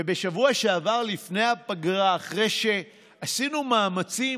ובשבוע שעבר, לפני הפגרה, אחרי שעשינו מאמצים